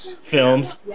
films